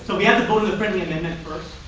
so we have to go to the friendly amendment first.